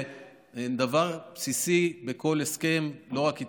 זה דבר בסיסי בכל הסכם, לא רק איתנו,